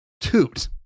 Toot